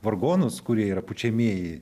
vargonus kurie yra pučiamieji